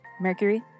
Mercury